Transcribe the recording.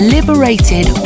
Liberated